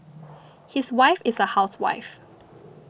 his wife is a housewife